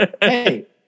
hey